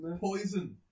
Poison